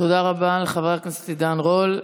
תודה רבה לחבר הכנסת עידן רול.